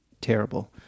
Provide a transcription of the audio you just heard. terrible